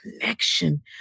connection